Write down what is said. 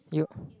you